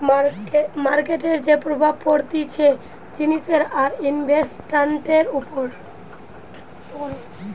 মার্কেটের যে প্রভাব পড়তিছে জিনিসের আর ইনভেস্টান্টের উপর